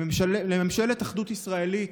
לממשלת אחדות ישראלית,